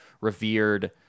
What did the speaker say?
revered